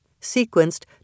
sequenced